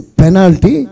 penalty